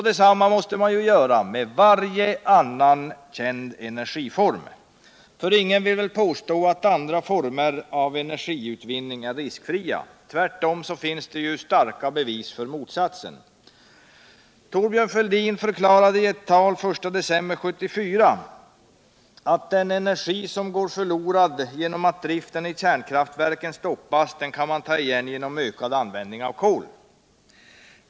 Detsamma måste göras med varje annan känd energiform. För ingen vill väl påstå att andra former av energiutvinning är riskfria. Tvärtom finns det starka bevis för motsatsen. Thorbjörn Fälldin förklarade i ett tal den I december 1974, att den energi som går förlorad genom att driften i kärnkraftverken stoppas kan man ta igen genom ökad användning av kol.